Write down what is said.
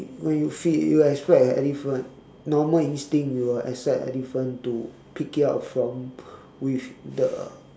when you feed you expect a elephant normal instinct we will expect elephant to pick it up from with the